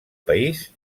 país